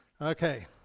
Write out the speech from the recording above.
Okay